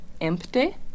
Empty